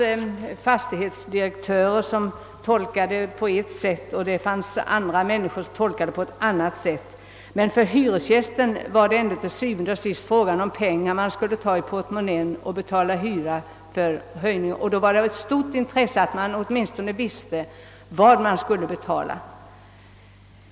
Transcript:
Kommunikén tolkades också på olika sätt av olika fastighetsägare. För hyresgästen gäller det dock til syvende og sidst de pengar han måste ta ur sin portmonnä för att betala hyreshöjningen, och det är då rimligt att de får veta hur mycket de skall betala.